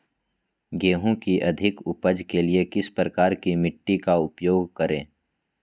गेंहू की अधिक उपज के लिए किस प्रकार की मिट्टी का उपयोग करे?